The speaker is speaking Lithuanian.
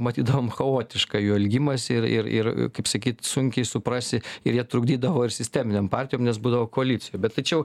matydavom chaotišką jų elgimąsi ir ir ir kaip sakyt sunkiai suprasi ir jie trukdydavo ir sisteminėm partijom nes būdavo koalicijoj bet tai čia jau